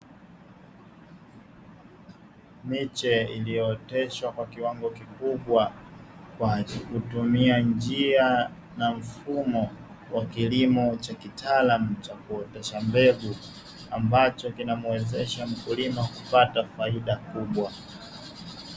Miche iliyooteshwa kwa kiwango kikubwa kwa kutumia njia na mfumo wa kilimo cha kitaalamu cha kuotesha mbegu, ambacho kinamuwezesha mkulima kupata faidia kubwa.